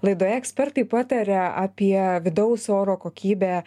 laidoje ekspertai pataria apie vidaus oro kokybę